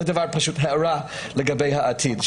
זאת הערה לגבי העתיד.